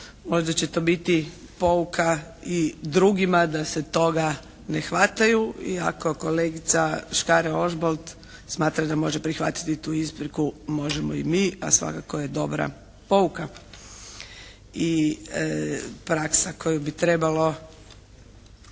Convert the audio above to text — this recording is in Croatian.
Možda će to biti pouka i drugima da se toga ne hvataju i ako kolegica Škare Ožbolt smatra da može prihvatiti tu ispriku možemo i mi, a svakako je dobra pouka i praksa koju bi trebalo